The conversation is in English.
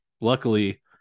Luckily